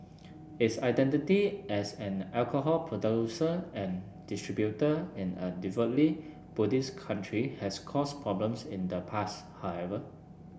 its identity as an alcohol producer and distributor in a devoutly Buddhist country has caused problems in the past however